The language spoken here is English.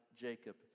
Jacob